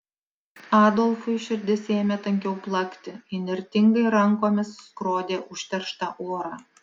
adolfui širdis ėmė tankiau plakti įnirtingai rankomis skrodė užterštą orą